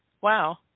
Wow